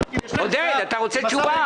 אם השר ייתן אישור,